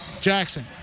Jackson